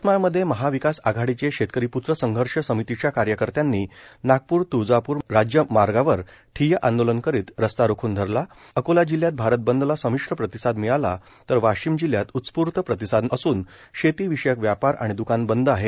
यवतमाळ मध्ये महाविकास आघाडीचे शेतकरी प्त्र संघर्ष समितीच्या कार्यकर्त्यांनी नागपूर तुळजापूर राज्य मार्गावर ठिय्या आंदोलन करीत रस्ता रोखून धरला अकोला जिल्ह्यात भारत बंदला संमिश्र प्रतिसाद मिळाला तर वाशिम जिल्ह्यात उत्स्फूर्त प्रतिसाद असून शेती विषयक व्यापार आणि दुकान बंद आहेत